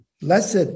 blessed